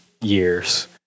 years